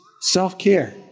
self-care